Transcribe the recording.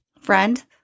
Friend